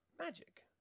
magic